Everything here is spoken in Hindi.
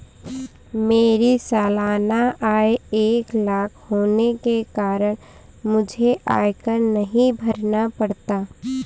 मेरी सालाना आय एक लाख होने के कारण मुझको आयकर नहीं भरना पड़ता